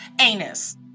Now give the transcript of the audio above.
anus